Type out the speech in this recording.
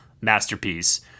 masterpiece